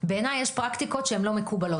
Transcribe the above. יש פרקטיקות שהן לא מקובלות.